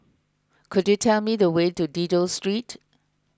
could you tell me the way to Dido Street